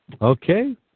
Okay